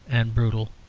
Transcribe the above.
and brutal,